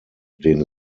den